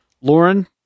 Lauren